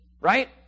right